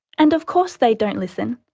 and of course they don't listen,